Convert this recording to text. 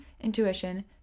intuition